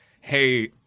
Hey